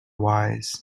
wise